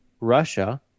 Russia